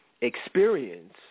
experience